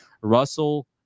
Russell